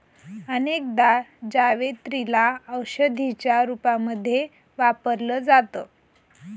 अनेकदा जावेत्री ला औषधीच्या रूपामध्ये वापरल जात